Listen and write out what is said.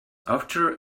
after